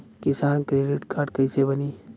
किसान credit card कइसे बानी?